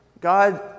God